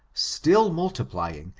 still multiplying,